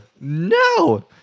No